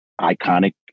iconic